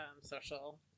social